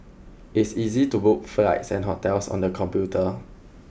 it's easy to book flights and hotels on the computer